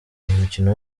mukino